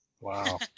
Wow